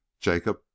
Jacob